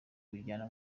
biryana